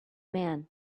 man